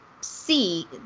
see